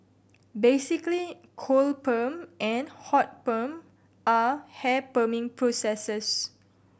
basically cold perm and hot perm are hair perming processes